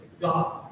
God